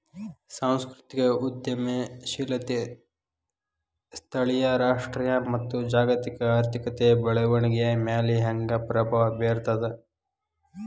ಸಾಂಸ್ಕೃತಿಕ ಉದ್ಯಮಶೇಲತೆ ಸ್ಥಳೇಯ ರಾಷ್ಟ್ರೇಯ ಮತ್ತ ಜಾಗತಿಕ ಆರ್ಥಿಕತೆಯ ಬೆಳವಣಿಗೆಯ ಮ್ಯಾಲೆ ಹೆಂಗ ಪ್ರಭಾವ ಬೇರ್ತದ